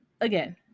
again